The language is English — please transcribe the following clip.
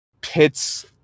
pits